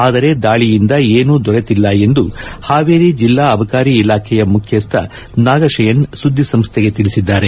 ಆದರೆ ದಾಳಿಯಿಂದ ಏನೂ ದೊರೆತಿಲ್ಲ ಎಂದು ಹಾವೇರಿ ಜಿಲ್ಲಾ ಅಬಕಾರಿ ಇಲಾಖೆಯ ಮುಖ್ಯಸ್ಥ ನಾಗಶಯನ್ ಸುದ್ದಿಸಂಸ್ಥೆಗೆ ತಿಳಿಸಿದ್ದಾರೆ